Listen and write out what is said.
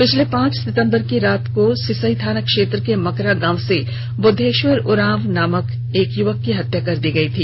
पिछले पांच सितंबर की रात को सिसई थाना क्षेत्र के मकरा गांव से बुद्धेश्वर उरांव नामक युवक की हत्या कर दी गयी थी